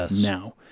now